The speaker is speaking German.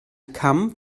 kamm